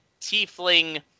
tiefling